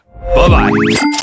Bye-bye